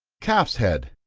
calf's head.